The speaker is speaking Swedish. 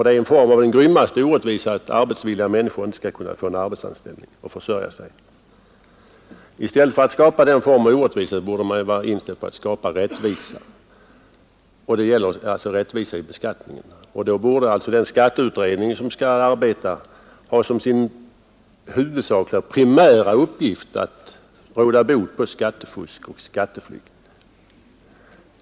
En grym form av orättvisa är nämligen att arbetsvilliga människor inte kan få en anställning och försörja sig. I stället för att skapa den formen av orättvisa borde man vara inställd på att skapa rättvisa, alltså rättvisa i beskattningen. Då borde den skatteutredning som skall arbeta ha som sin primära uppgift att råda bot på skattefusk och skatteflykt.